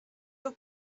your